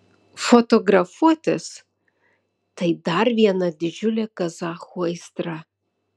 fotografuotis tai dar viena didžiulė kazachų aistra